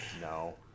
no